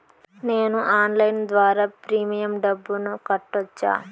నేను ఆన్లైన్ ద్వారా ప్రీమియం డబ్బును కట్టొచ్చా?